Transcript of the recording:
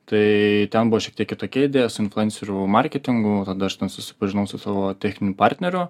tai ten buvo šiek tiek kitokia idėja su influencerių marketingu tada aš ten susipažinau su savo techniniu partneriu